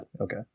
okay